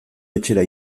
etxera